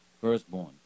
firstborn